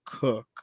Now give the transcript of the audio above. Cook